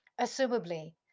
Assumably